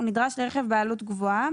הוא נדרש לרכב בעלות גבוהה